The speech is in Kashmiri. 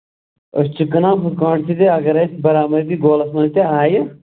أسۍ چھِ کٕنان ہُتھٕ پٲٹھۍ تہِ تہٕ اگر اَسہِ بَرابری گولَس منٛز تہِ آیہِ